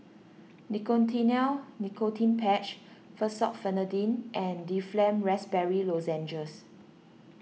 Nicotinell Nicotine Patch Fexofenadine and Difflam Raspberry Lozenges